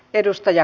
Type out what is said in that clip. kiitos